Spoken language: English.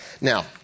Now